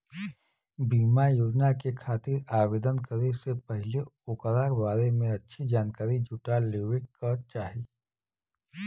बीमा योजना के खातिर आवेदन करे से पहिले ओकरा बारें में अच्छी जानकारी जुटा लेवे क चाही